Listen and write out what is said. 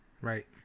Right